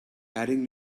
adding